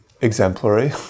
exemplary